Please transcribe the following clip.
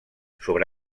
sobre